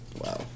Wow